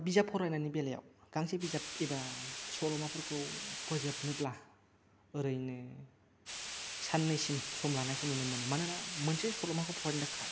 दा बिजाब फरायनायनि बेलायाव गांसे बिजाब एबा सल'माफोरखौ फोजोबनोब्ला ओरैनो साननैसिम सम लानायखौ नुनो मोनो मानोना मोनसे सल'माखौ फरायनो थाखाय